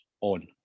on